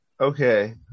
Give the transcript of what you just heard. Okay